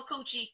coochie